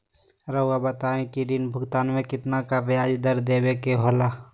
रहुआ बताइं कि ऋण भुगतान में कितना का ब्याज दर देवें के होला?